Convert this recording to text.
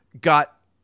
got